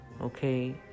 okay